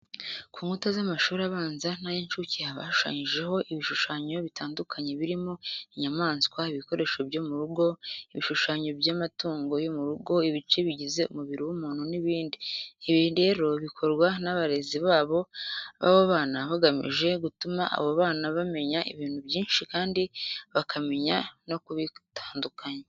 Ku nkuta z'amashuri abanza n'ay'incuke haba hashushanyijeho ibishushanyo bitandukanye birimo inyamaswa, ibikoresho byo mu rugo, ibishushanyo by'amatungo yo mu rugo, ibice bigize umubiri w'umuntu n'ibindi. Ibi rero bikorwa n'abarezi b'abo bana bagamije gutuma abo bana bamenya ibintu byinshi kandi bakamenya no kubitandukanya.